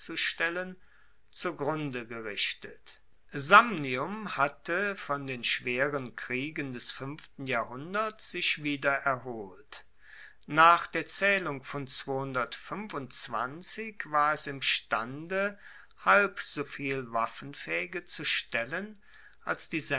stellen zugrunde gerichtet samnium hatte von den schweren kriegen des fuenften jahrhunderts sich wieder erholt nach der zaehlung von war es imstande halb soviel waffenfaehige zu stellen als die